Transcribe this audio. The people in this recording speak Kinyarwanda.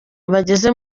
bageze